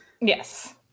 yes